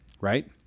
right